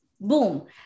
Boom